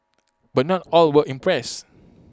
but not all were impressed